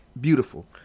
Beautiful